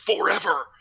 FOREVER